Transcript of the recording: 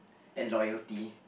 and loyalty